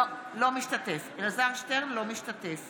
אינו משתתף